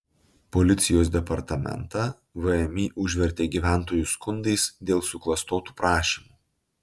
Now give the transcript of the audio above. policijos departamentą vmi užvertė gyventojų skundais dėl suklastotų prašymų